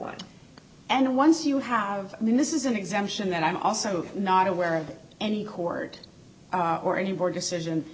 line and once you have i mean this is an exemption and i'm also not aware of any court or any more decision